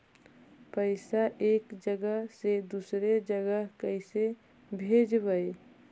पैसा एक जगह से दुसरे जगह कैसे भेजवय?